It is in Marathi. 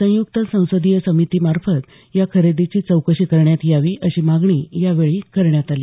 संयुक्त संसदीय समिती मार्फत या खरेदीची चौकशी करण्यात यावी अशी मागणी यावेळी करण्यात आली